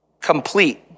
complete